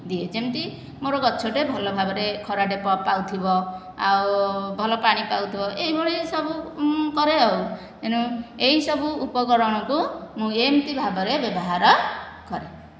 ଦିଏ ଯେମିତି ମୋର ଗଛଟେ ଭଲ ଭାବରେ ଖରାଟେ ପାଉଥିବ ଆଉ ଭଲ ପାଣି ପାଉଥିବ ଏଇଭଳି ସବୁ ମୁଁ କରେ ଆଉ ତେଣୁ ଏଇ ସବୁ ଉପକରଣକୁ ମୁଁ ଏମିତି ଭାବରେ ବ୍ୟବହାର କରେ